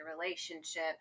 relationship